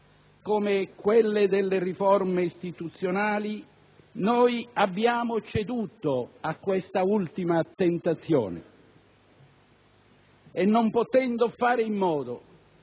come quelle delle riforme istituzionali, noi abbiamo ceduto a questa ultima tentazione. E non potendo fare in modo